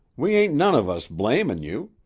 we ain't none of us blamin' you.